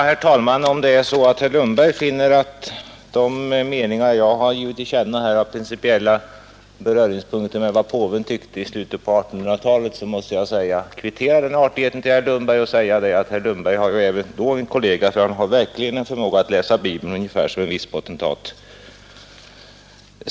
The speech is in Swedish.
Herr talman! Om herr Lundberg finner att de meningar jag har givit till känna har principiella beröringspunkter med vad påven tyckte i slutet på 1800-talet måste jag kvittera den artigheten och säga att herr Lundberg även då hade en kollega som har förmågan att läsa Bibeln på samma sätt som en viss potentat.